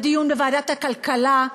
בדיון בוועדת הכלכלה,